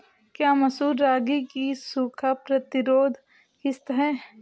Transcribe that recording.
क्या मसूर रागी की सूखा प्रतिरोध किश्त है?